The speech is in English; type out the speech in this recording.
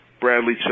Bradley